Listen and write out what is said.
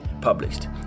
published